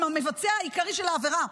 עם המבצע העיקרי של העבירה.